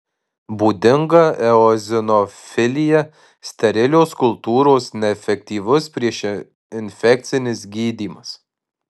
būdinga eozinofilija sterilios kultūros neefektyvus priešinfekcinis gydymas